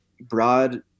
broad